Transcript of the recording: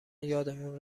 یادمون